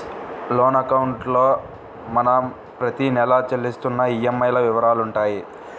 loan అకౌంట్లో మనం ప్రతి నెలా చెల్లిస్తున్న ఈఎంఐల వివరాలుంటాయి